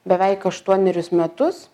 beveik aštuonerius metus